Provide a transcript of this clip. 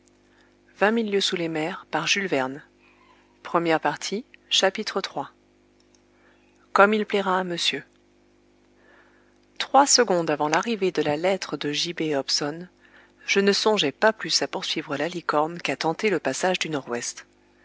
iii comme il plaira à monsieur trois secondes avant l'arrivée de la lettre de j b hobson je ne songeais pas plus a poursuivre la licorne qu'à tenter le passage du nord-ouest